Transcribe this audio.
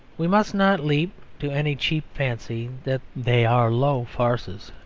we must not leap to any cheap fancy that they are low farces.